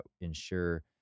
ensure